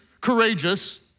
courageous